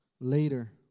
later